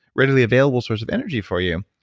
readily available source of energy for you.